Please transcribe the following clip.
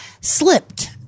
slipped